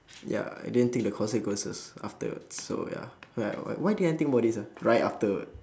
ya I didn't think the consequences afterwards so ya like w~ why I didn't think about this ah right afterward